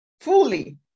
fully